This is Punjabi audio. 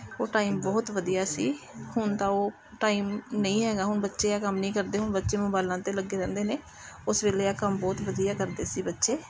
ਉਹ ਟਾਈਮ ਬਹੁਤ ਵਧੀਆ ਸੀ ਹੁਣ ਤਾਂ ਉਹ ਟਾਈਮ ਨਹੀਂ ਹੈਗਾ ਹੁਣ ਬੱਚੇ ਆ ਕੰਮ ਨਹੀਂ ਕਰਦੇ ਹੁਣ ਬੱਚੇ ਮੋਬਾਇਲਾਂ 'ਤੇ ਲੱਗੇ ਰਹਿੰਦੇ ਨੇ ਉਸ ਵੇਲੇ ਇਹ ਕੰਮ ਬਹੁਤ ਵਧੀਆ ਕਰਦੇ ਸੀ ਬੱਚੇ